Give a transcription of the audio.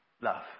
love